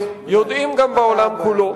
יודעים גם בעולם כולו.